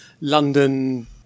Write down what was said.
London